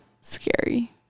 scary